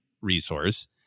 resource